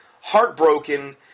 heartbroken